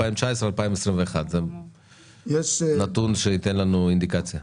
2019 2021. נתון שייתן לנו אינדיקציה.